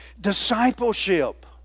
Discipleship